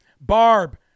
Barb